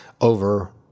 over